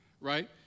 right